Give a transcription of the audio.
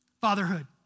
Fatherhood